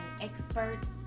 experts